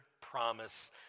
promise